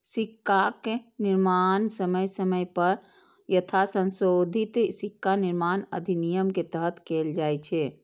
सिक्काक निर्माण समय समय पर यथासंशोधित सिक्का निर्माण अधिनियम के तहत कैल जाइ छै